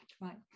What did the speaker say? right